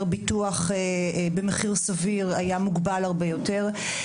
ביטוח במחיר סביר היה מוגבל הרבה יותר.